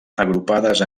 agrupades